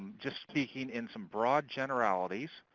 just speaking in some broad generalities.